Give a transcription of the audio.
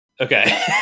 Okay